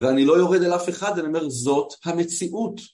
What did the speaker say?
ואני לא יורד אל אף אחד ואני אומר זאת המציאות.